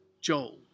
Joel